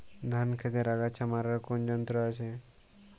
ধান ক্ষেতের আগাছা মারার কোন যন্ত্র আছে?